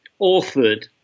authored